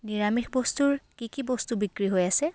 নিৰামিষ বস্তুৰ কি কি বস্তু বিক্ৰী হৈ আছে